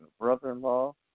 brother-in-law